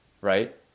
Right